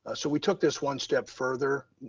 so we took this one step further.